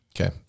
Okay